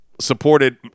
supported